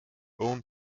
own